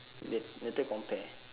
lat~ later compare